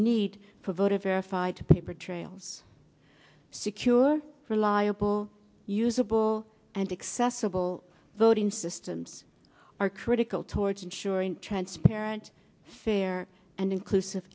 need for voter verified paper trail secure reliable usable and excess of all voting systems are critical towards ensuring transparent fair and inclusive